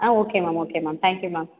ah okay ma'am okay ma'am thank you ma'am